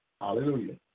Hallelujah